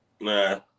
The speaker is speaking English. nah